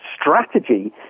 strategy